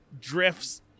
drifts